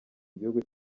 gihugu